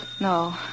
No